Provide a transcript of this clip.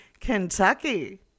Kentucky